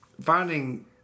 finding